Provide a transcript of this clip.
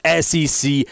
SEC